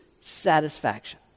satisfaction